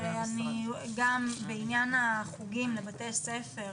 גם בעניין החוגים לבתי ספר,